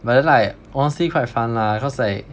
but then like honestly quite fun lah cause like